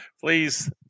please